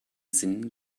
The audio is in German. sinn